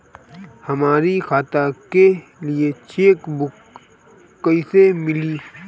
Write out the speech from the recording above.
हमरी खाता के लिए चेकबुक कईसे मिली?